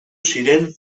ziren